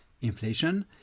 inflation